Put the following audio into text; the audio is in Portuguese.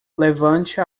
levante